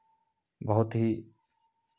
बहुत ही